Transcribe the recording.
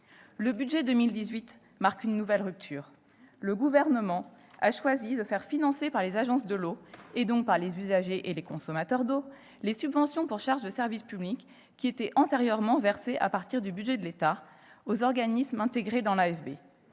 Le budget 2018 marque une nouvelle rupture : le Gouvernement a choisi de faire financer par les agences de l'eau, et donc par les usagers et les consommateurs d'eau, les subventions pour charges de service public qui étaient antérieurement versées à partir du budget de l'État aux organismes intégrés dans l'AFB.